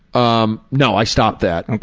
um, no i stopped that. and